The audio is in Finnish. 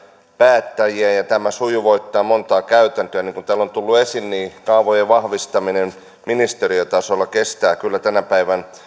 päättäjiä ja ja tämä sujuvoittaa montaa käytäntöä niin kuin täällä on tullut esiin kaavojen vahvistaminen ministeriötasolla kestää kyllä tänä päivänä